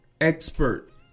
expert